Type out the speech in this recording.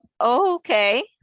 okay